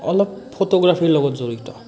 অলপ ফটোগ্ৰাফিৰ লগত জড়িত